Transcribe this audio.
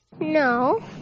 No